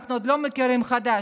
אנחנו עוד לא מכירים, הוא חדש.